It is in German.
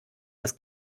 das